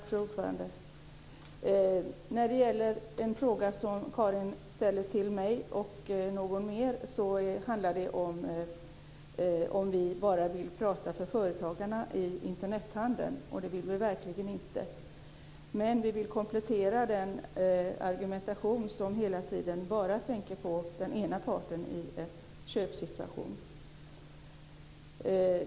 Fru talman! En fråga som Karin Olsson ställde till mig och någon mer var om vi bara vill prata för företagarna i Internethandeln. Det vill vi verkligen inte. Men vi vill komplettera den argumentation där man hela tiden bara tänker på den ena parten i en köpsituation.